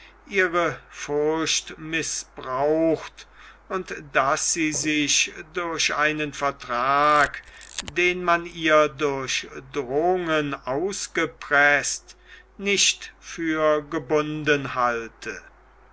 ihre furcht gemißbraucht und daß sie sich durch einen vertrag den man ihr durch drohungen ausgepreßt nicht für gebunden halte